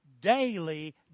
Daily